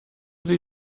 sie